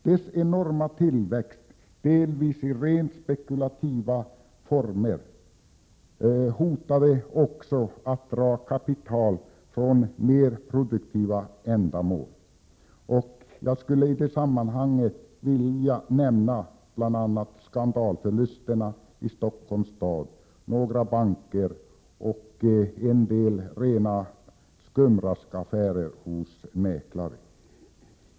Dess enorma tillväxt, delvis i rent spekulativa former, hotade också att dra kapital från mer produktiva ändamål. I detta sammanhang skulle jag vilja nämna bl.a. skandalförlusterna i Stockholms stad, några banker och en del mäklares rena skumraskaffärer.